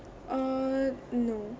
uh no